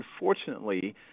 Unfortunately